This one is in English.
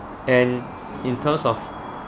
and in terms of